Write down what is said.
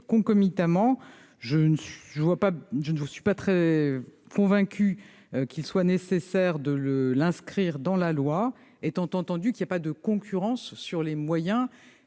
concomitamment. Je ne suis pas convaincue qu'il soit nécessaire de l'inscrire dans la loi, étant entendu qu'il n'y a pas de concurrence pour les moyens